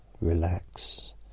relax